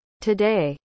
Today